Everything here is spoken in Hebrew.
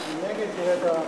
זה שילוב מדהים.